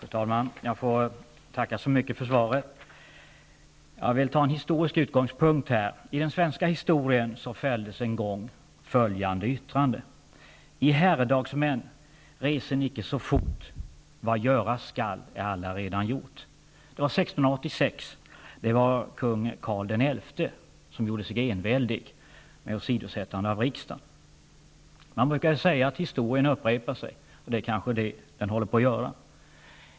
Fru talman! Jag får tacka så mycket för svaret. Jag vill ta en historisk utgångspunkt. I den svenska historien fälldes en gång följande yttrande: ''I herredagsmän, reser icke så fort, vad göras skall är allaredan gjort!'' Det var 1686, och det var kung Karl XI som gjorde sig enväldig med åsidosättande av riksdagen. Man brukar säga att historien upprepar sig, och det kanske den håller på att göra.